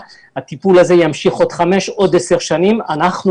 הטיפול הזה ימשיך עוד חמש או עוד עשר שנים ואנחנו